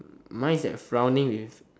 mine's like frowning with